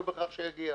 לא בהכרח הוא יגיע.